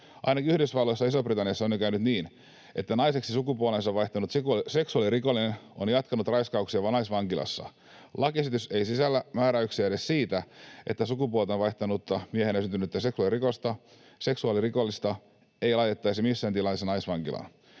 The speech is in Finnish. Ainakin Yhdysvalloissa ja Isossa-Britanniassa on jo käynyt niin, että naiseksi sukupuolensa vaihtanut seksuaalirikollinen on jatkanut raiskauksia jopa naisvankilassa. Lakiesitys ei sisällä määräyksiä edes siitä, että sukupuolta vaihtanutta miehenä syntynyttä seksuaalirikollista ei laitettaisi missään tilanteessa naisvankilaan.